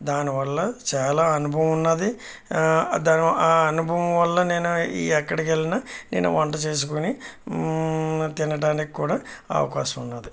దాని వల్ల చాలా అనుభవం ఉన్నది దాని ఆ అనుభవం వల్ల నేను ఎక్కడికి వెళ్ళిన నేను వంట వేసుకొని తినడానికి కూడా అవకాశం ఉన్నది